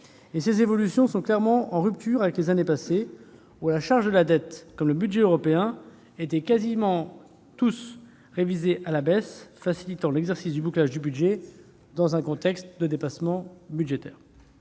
Ces évolutions sont clairement en rupture avec les années passées, au cours desquelles la charge de la dette comme le budget européen étaient quasi systématiquement révisés à la baisse, ce qui facilitait l'exercice de bouclage du budget dans un contexte de dépassement budgétaire.